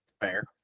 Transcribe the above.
Fair